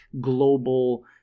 global